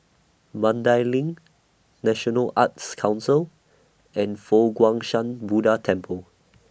Mandai LINK National Arts Council and Fo Guang Shan Buddha Temple